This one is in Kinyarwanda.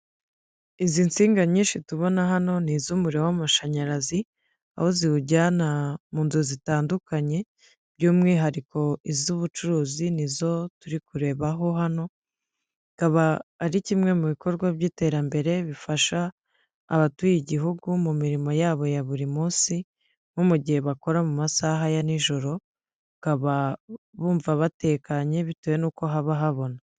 Izi nsinga nyinshi tubona hano, ni iz'umuriro w'amashanyarazi, aho ziwujyana mu nzu zitandukanye, by'umwihariko iz'ubucuruzi, nizo turi kureba hano, akaba ari kimwe mu bikorwa by'iterambere bifasha abatuye igihugu, mu mirimo yabo ya buri munsi, no mu gihe bakora mu masaha ya nijoro, bakaba bumva batekanye bitewe n'uko haba habona.